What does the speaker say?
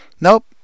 Nope